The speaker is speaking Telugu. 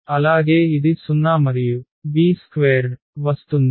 అలాగే ఇది 0 మరియు B² వస్తుంది